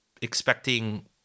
expecting